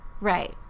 Right